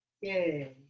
Yay